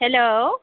hello